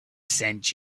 sent